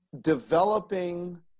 developing